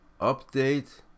Update